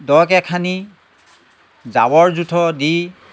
দকৈ খানি জাবৰ জোঁথৰ দি